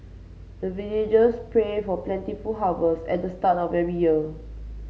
the villagers pray for plentiful harvest at the start of every year